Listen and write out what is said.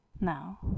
Now